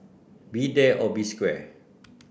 be there or be square